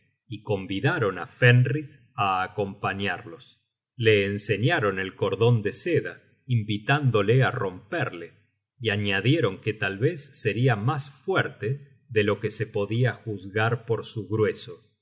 y convidaron á fenris á acompañarlos le enseñaron el cordon de seda invitándole á romperle y añadieron que tal vez seria mas fuerte de lo que se pudiera juzgar por su grueso